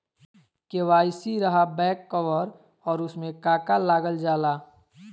KYC रहा back cover और उसमें का का लागल जाला?